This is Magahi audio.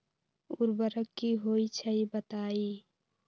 उर्वरक की होई छई बताई?